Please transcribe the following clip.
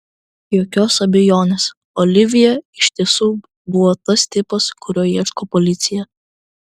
jokios abejonės olivjė iš tiesų buvo tas tipas kurio ieško policija